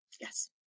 yes